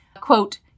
Quote